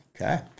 Okay